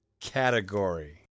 category